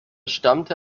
stammte